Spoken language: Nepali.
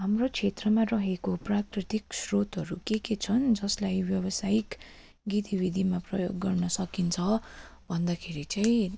हाम्रो क्षेत्रमा रहेको प्राकृतिक स्रोतहरू के के छन् जसलाई व्यवसायिक गतिविधिमा प्रयोग गर्न सकिन्छ भन्दाखेरि चाहिँ